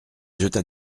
jeta